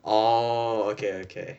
orh okay okay